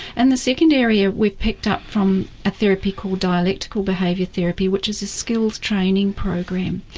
and the second area we picked up from a therapy called dialectical behaviour therapy, which is a skills training program.